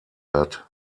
hat